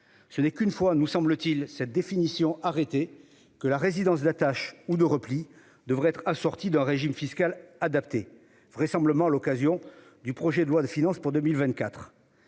Ce n'est qu'une fois cette définition arrêtée que la résidence d'attache ou de repli devrait être assortie d'un régime fiscal adapté, vraisemblablement à l'occasion du projet de loi de finances pour 2024.